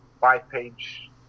five-page